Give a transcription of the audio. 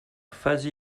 fazi